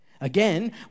Again